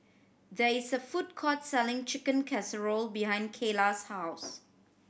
there is a food court selling Chicken Casserole behind Kaylah's house